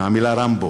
מהמילה רמבו,